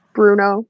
Bruno